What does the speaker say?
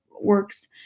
works